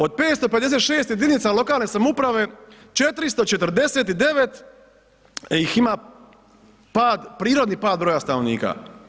Od 556 jedinica lokalne samouprave 449 ih ima pad, prirodni pad broja stanovnika.